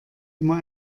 immer